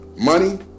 money